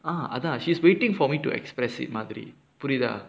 ah அதா:athaa she's waiting for me to express it மாதிரி புரியுதா:maathiri puriyuthaa